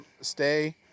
stay